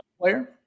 player